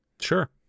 Sure